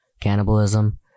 cannibalism